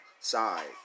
Side